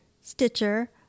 Stitcher